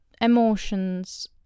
emotions